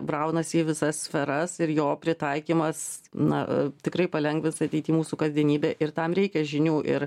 braunasi į visas sferas ir jo pritaikymas na e tikrai palengvins ateity mūsų kasdienybę ir tam reikia žinių ir